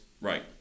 Right